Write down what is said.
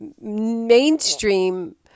mainstream